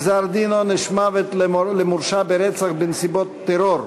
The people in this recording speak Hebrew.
גזר דין עונש מוות למורשע ברצח בנסיבות טרור),